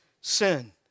sin